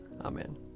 Amen